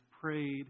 prayed